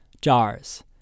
jars